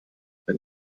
wenn